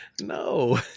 no